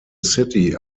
city